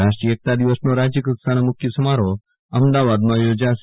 રાષ્ટ્રીય એકતા દિવસનો રાજયકક્ષાનો મુખ્ય સમારોહ અમદાવાદમાં યોજાશે